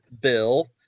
Bill